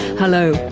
hello,